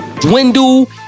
dwindle